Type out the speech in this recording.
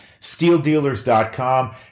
steeldealers.com